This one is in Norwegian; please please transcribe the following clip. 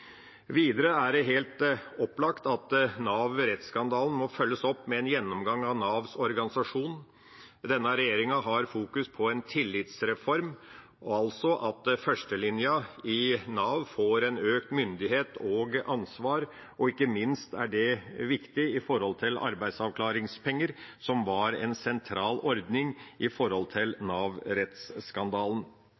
Videre er det helt opplagt at Nav-rettsskandalen må følges opp med en gjennomgang av Navs organisasjon. Denne regjeringa har fokus på en tillitsreform, altså at førstelinja i Nav får økt myndighet og ansvar. Ikke minst er det viktig med hensyn til arbeidsavklaringspenger, som var en sentral ordning i forbindelse med Nav-rettsskandalen. Jeg vil bare til